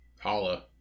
holla